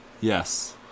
Yes